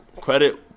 Credit